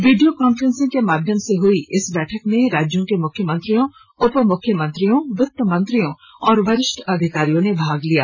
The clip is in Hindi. वीडियो कांफ्रेंस के माध्यम से हुई इस बैठक में राज्यों के मुख्यमंत्रियों उप मुख्यमंत्रियों वित्त मंत्रियों और वरिष्ठ अधिकारियों ने भाग लिया